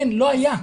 אין, לא היה.